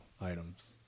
items